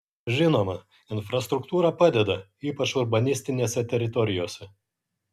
žinoma infrastruktūra padeda ypač urbanistinėse teritorijose